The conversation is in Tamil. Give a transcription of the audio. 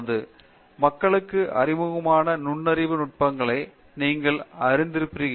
பேராசிரியர் பிரதாப் ஹரிதாஸ் மக்களுக்கு அறிமுகமான நுண்ணறிவு நுட்பங்களை நீங்கள் அறிந்திருக்கிறீர்கள்